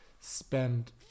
spend